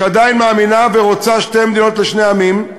שעדיין מאמינה ורוצה שתי מדינות לשני עמים,